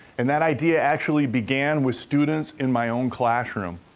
and that idea actually began with students in my own classroom.